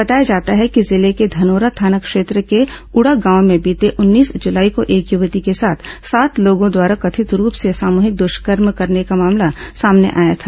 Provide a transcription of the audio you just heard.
बताया जाता है कि जिले के धनोरा थाना क्षेत्र के उड़ागांव में बीते उन्नीस जुलाई को एक युवती के साथ सात लोगों द्वारा कथित रूप से सामूहिक दृष्कर्म करने का मामला सामने आया था